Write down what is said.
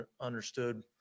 understood